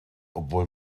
obwohl